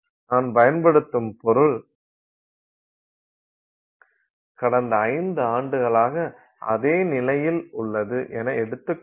நாம் பயன்படுத்தும் பொருள் கடந்த 5 ஆண்டுகளாக அதே நிலையில் உள்ளது என எடுத்துக் கொள்வோம்